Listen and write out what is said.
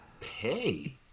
Pay